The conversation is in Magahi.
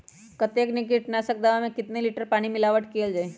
कतेक किटनाशक दवा मे कितनी लिटर पानी मिलावट किअल जाई?